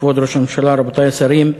כבוד ראש הממשלה, רבותי השרים,